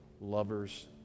lovers